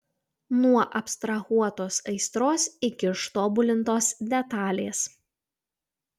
nuo abstrahuotos aistros iki ištobulintos detalės